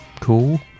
cool